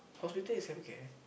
hospital is healthcare